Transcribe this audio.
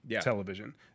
television